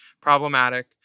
problematic